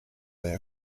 they